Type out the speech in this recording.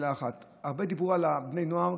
מילה אחת: הרבה דיברו על בני נוער,